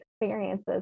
experiences